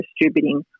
distributing